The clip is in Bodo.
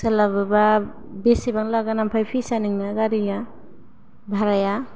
सोलाबोबा बेसेबां लागोन आमफाय पिसया नोंना गारिया भाराया